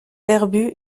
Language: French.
herbues